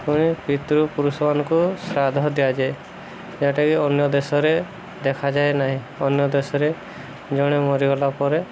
ପୁଣି ପିତୃ ପୁରୁଷମାନଙ୍କୁ ଶ୍ରାଦ୍ଧ ଦିଆଯାଏ ଯେଉଁଟାକି ଅନ୍ୟ ଦେଶରେ ଦେଖାଯାଏ ନାହିଁ ଅନ୍ୟ ଦେଶରେ ଜଣେ ମରିଗଲା ପରେ